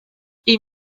ils